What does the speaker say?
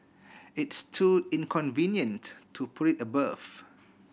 it's too inconvenient to put it above